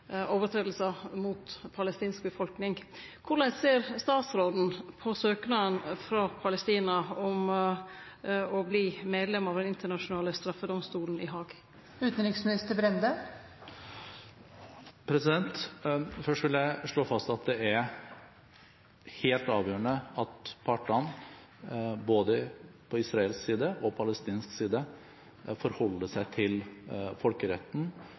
mot palestinsk befolkning. Korleis ser utanriksministeren på søknaden frå Palestina om å verte medlem av Den internasjonale straffedomstolen i Haag? Først vil jeg slå fast at det er helt avgjørende at partene både på israelsk side og på palestinsk side forholder seg til folkeretten,